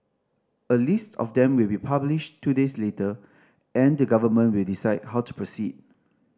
a list of them will be published two days later and the government will decide how to proceed